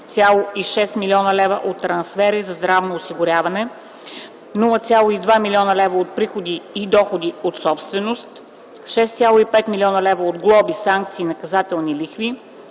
470,6 млн. лв. от трансфери за здравно осигуряване; 0,2 млн. лв. от приходи и доходи от собственост; 6,5 млн. лв. от глоби, санкции и наказателни лихви;